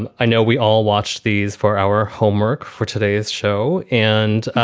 and i know we all watched these for our homework for today's show and